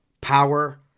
power